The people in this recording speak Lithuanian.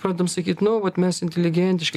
pradedam sakyt nu vat mes inteligentiški